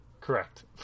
Correct